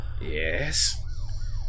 Yes